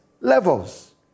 levels